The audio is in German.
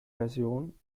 version